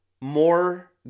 more